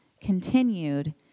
continued